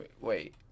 Wait